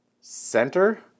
center